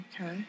Okay